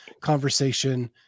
conversation